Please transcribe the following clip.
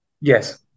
Yes